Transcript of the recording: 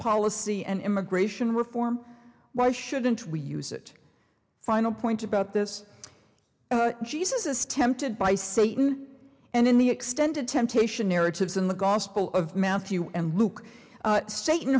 policy and immigration reform why shouldn't we use it final point about this jesus tempted by satan and in the extended temptation narratives in the gospel of matthew and luke